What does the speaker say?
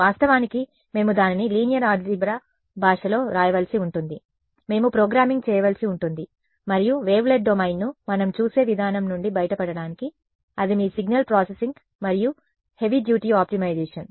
వాస్తవానికి మేము దానిని లీనియర్ ఆల్జీబ్రా భాషలో వ్రాయవలసి ఉంటుంది మేము ప్రోగ్రామింగ్ చేయవలసి ఉంటుంది మరియు వేవ్లెట్ డొమైన్ను మనం చూసే విధానం నుండి బయటపడటానికి అది మీ సిగ్నల్ ప్రాసెసింగ్ మరియు హెవీ డ్యూటీ ఆప్టిమైజేషన్